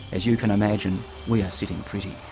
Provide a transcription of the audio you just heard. as you can imagine we are sitting pretty.